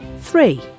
three